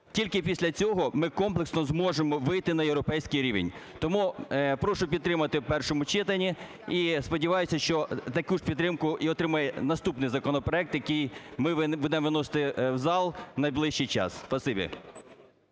тільки після цього ми комплексно зможемо вийти на європейський рівень. Тому прошу підтримати в першому читанні. І сподіваюсь, що таку ж підтримку і отримає наступний законопроект, який ми будемо виносити в зал в найближчий час.